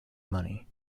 money